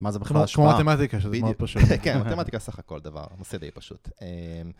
מה זה בכלל? כמו מתמטיקה שזה מאוד פשוט. כן, מתמטיקה סך הכל דבר, נושא די פשוט. אמ...